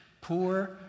poor